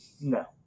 No